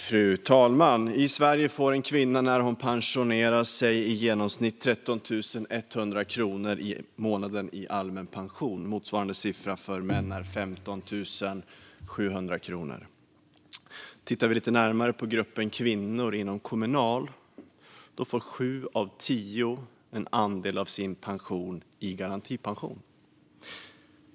Fru talman! I Sverige får en kvinna när hon går i pension i genomsnitt 13 100 kronor i månaden i allmän pension. Motsvarande siffra för män är 15 700 kronor. Tittar vi lite närmare på gruppen kvinnor inom Kommunal får sju av tio en andel av sin pension i garantipension.